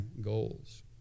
goals